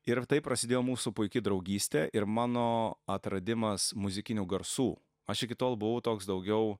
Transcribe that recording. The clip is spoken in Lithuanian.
ir taip prasidėjo mūsų puiki draugystė ir mano atradimas muzikinių garsų aš iki tol buvau toks daugiau